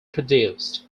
produced